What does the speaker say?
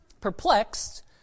Perplexed